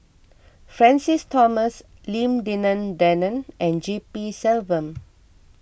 Francis Thomas Lim Denan Denon and G P Selvam